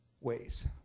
ways